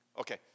Okay